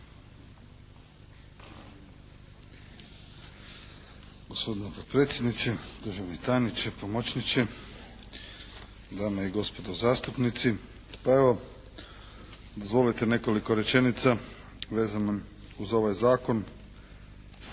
Gospodine potpredsjedniče, državni tajniče, pomoćniče, dame i gospodo zastupnici. Pa evo dozvolite nekoliko rečenica vezano uz ovaj zakon.